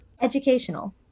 Educational